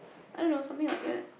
I don't know something like that